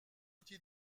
outils